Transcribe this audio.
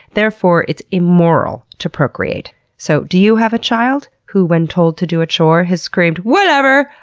therefore it's immoral to procreate so, do you have a child who, when told to do a chore, has screamed, whatever,